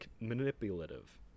manipulative